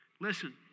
Listen